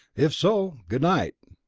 if so, good-night!